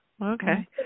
Okay